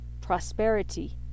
prosperity